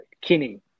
Kinney